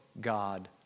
God